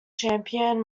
champion